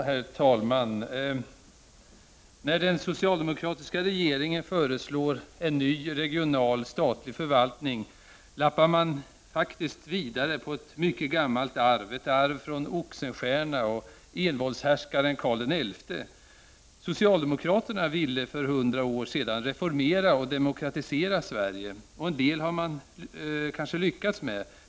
Herr talman! När den socialdemokratiska regeringen föreslår en ny regional statlig förvaltning lappar den faktiskt vidare på ett mycket gammalt arv från Oxenstierna och envåldshärskaren Karl XI. Socialdemokraterna ville för 100 år sedan reformera och demokratisera Sverige. En del har de kanske lyckats med.